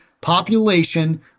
population